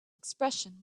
expression